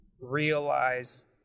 realize